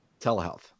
Telehealth